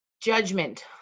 Judgment